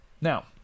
Now